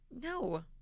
No